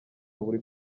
buri